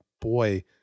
boy